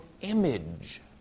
image